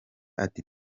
ati